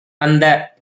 அந்த